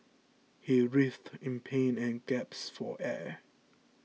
he writhed in pain and gasped for air